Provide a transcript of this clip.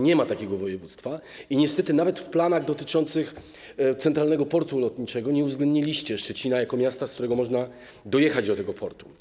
Nie ma takiego województwa i niestety nawet w planach dotyczących centralnego portu lotniczego nie uwzględniliście Szczecina jako miasta, z którego można dojechać do tego portu.